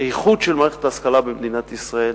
האיכות של מערכת ההשכלה במדינת ישראל